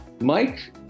Mike